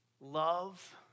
love